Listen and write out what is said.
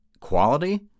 quality